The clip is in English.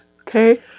okay